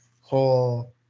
whole